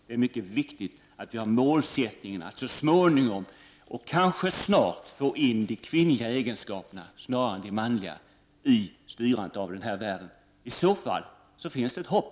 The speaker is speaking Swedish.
Det är mycket viktigt att vi har målsättningen att så småningom, och kanske snart, få in de kvinnliga egenskaperna snarare än de manliga i styrandet av världen. I så fall finns det ett hopp.